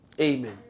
Amen